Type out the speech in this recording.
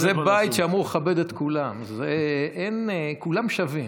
זה בית שאמור לכבד את כולם, כולם שווים.